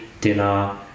dinner